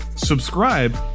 Subscribe